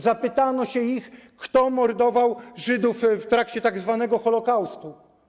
Zapytano ich, kto mordował Żydów w trakcie tzw. Holokaustu.